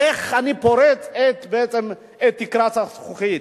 איך אני פורץ בעצם את תקרת הזכוכית?